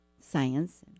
science